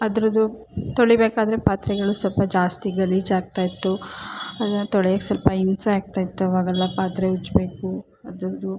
ಅದ್ರದ್ದು ತೊಳಿಬೇಕಾದರೆ ಪಾತ್ರೆಗಳು ಸ್ವಲ್ಪ ಜಾಸ್ತಿ ಗಲೀಜಾಗ್ತಾಯಿತ್ತು ಅದನ್ನು ತೊಳಿಯೋಕ್ ಸ್ವಲ್ಪ ಹಿಂಸೆ ಆಗ್ತಾಯಿತ್ತು ಆವಾಗೆಲ್ಲ ಪಾತ್ರೆ ಉಜ್ಜಬೇಕು ಅದ್ರದ್ದು